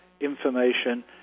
information